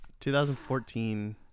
2014